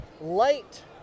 light